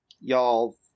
Y'all